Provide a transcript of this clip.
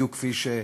בדיוק כפי שהוחזרו